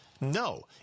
No